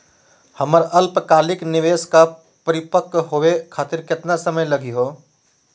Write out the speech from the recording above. हमर अल्पकालिक निवेस क परिपक्व होवे खातिर केतना समय लगही हो?